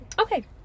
Okay